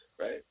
right